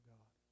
God